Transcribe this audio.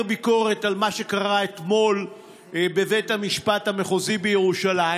ביקורת על מה שקרה אתמול בבית המשפט המחוזי בירושלים.